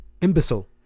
imbecile